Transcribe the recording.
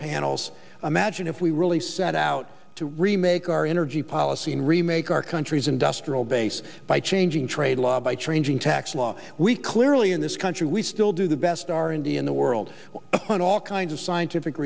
panels imagine if we really set out to remake our energy policy in remake our country's industrial base by changing trade laws by changing tax law we clearly in this country we still do the best are india in the world and on all kinds of scientific